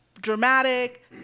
dramatic